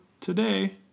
today